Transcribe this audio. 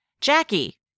Jackie